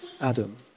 Adam